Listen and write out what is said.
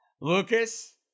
Lucas